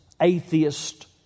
atheist